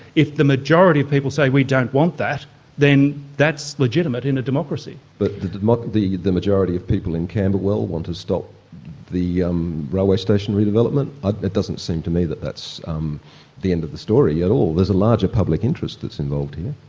if the majority of people say we don't want that then that's legitimate in a democracy. but the but the majority of people in camberwell want to stop the um railway station redevelopment ah that doesn't seem to me that that's um the end of the story at all. there's a larger public interest that's involved here.